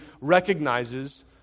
recognizes